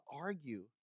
argue